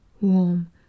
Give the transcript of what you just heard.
warm